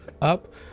up